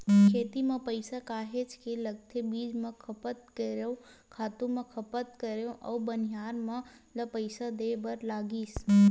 खेती म पइसा काहेच के लगथे बीज म खपत करेंव, खातू म खपत करेंव अउ बनिहार मन ल पइसा देय बर लगिस